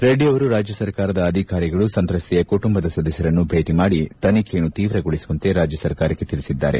ರೆಡ್ಡಿಯವರು ರಾಜ್ಯ ಸರ್ಕಾರದ ಅಧಿಕಾರಿಗಳು ಸಂತ್ರಸ್ತೆಯ ಕುಟುಂಬದ ಸದಸ್ದರನ್ನು ಭೇಟಿ ಮಾಡಿ ತನಿಖೆಯನ್ನು ತೀವ್ರಗೊಳಿಸುವಂತೆ ರಾಜ್ಯಸರ್ಕಾರಕ್ಕೆ ತಿಳಿಸಿದ್ದಾರೆ